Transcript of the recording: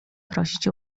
prosić